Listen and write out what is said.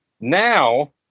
now